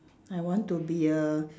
I want to be a